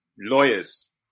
lawyers